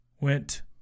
went